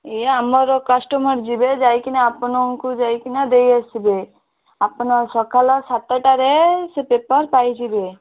ଇଏ ଆମର କଷ୍ଟମର୍ ଯିବେ ଯାଇକିନା ଆପନଙ୍କୁ ଯାଇକିନା ଦେଇଆସିବେ ଆପନ ସଖାଲ ସାତଟାରେ ସେ ପେପର୍ ପାଇଯିବେ